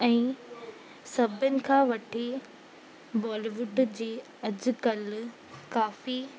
ऐं सभिनि खां वॾी बॉलीवुड जी अॼुकल्ह काफ़ी